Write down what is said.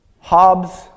Hobbes